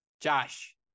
Josh